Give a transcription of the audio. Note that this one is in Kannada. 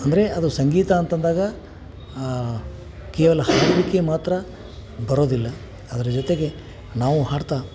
ಅಂದರೆ ಅದು ಸಂಗೀತ ಅಂತ ಅಂದಾಗ ಕೇವಲ ಹಾಡಲಿಕ್ಕೆ ಮಾತ್ರ ಬರೋದಿಲ್ಲ ಅದರ ಜೊತೆಗೆ ನಾವೂ ಹಾಡ್ತಾ